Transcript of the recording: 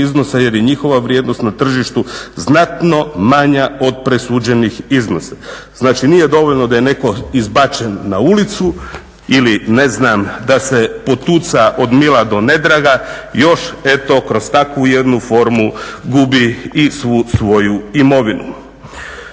iznosa jer je njihova vrijednost na tržištu znatno manja od presuđenih iznosa". Znači nije dovoljno da je netko izbačen na ulicu ili da se potuca od mila do nedraga, još eto kroz takvu jednu formu gubi i svu svoju imovinu.